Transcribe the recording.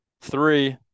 Three